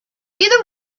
either